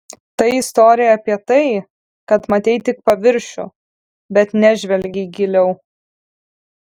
tai istorija apie tai kad matei tik paviršių bet nežvelgei giliau